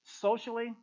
Socially